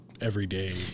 everyday